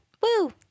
Woo